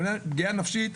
לעומת זאת,